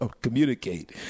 communicate